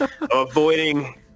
avoiding